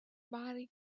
body